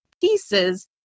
pieces